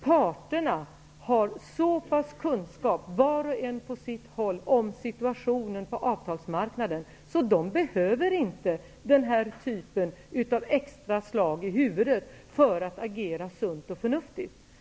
Parterna har, var och en på sitt håll, så pass goda kunskaper om situationen på avtalsmarknaden att de inte behöver den här typen av slag i huvudet för att agera sunt och förnuftigt.